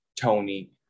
Tony